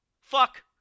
Fuck